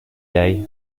day